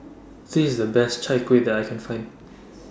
This IS The Best Chai Kueh that I Can Find